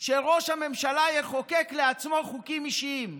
שראש הממשלה יחוקק לעצמו חוקים אישיים.